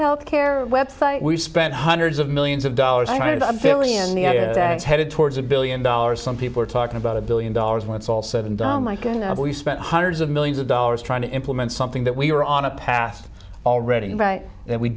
health care website we spent hundreds of millions of dollars to the family and that is headed towards a billion dollars some people are talking about a billion dollars when it's all said and done like an apple you spent hundreds of millions of dollars trying to implement something that we were on a path already right that we